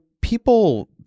people